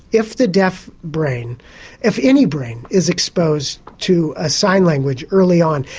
if the deaf brain if any brain is exposed to a sign language early on,